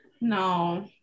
No